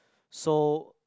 so